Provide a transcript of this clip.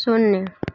शून्य